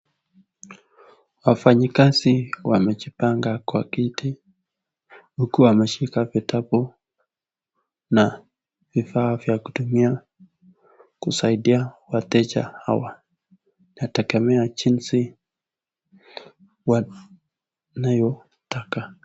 Wafanyikazi wamejiopanga kwenye kiti, huku wameshika vitabu na vivaa vya kutumia ya kusaidia wateja hawa, inatengemea jinzi wanavyo taka.